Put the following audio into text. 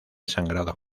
sangrado